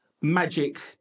magic